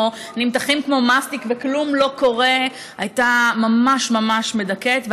מסטיק וכלום לא קורה הייתה ממש ממש מדכאת,